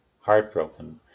heartbroken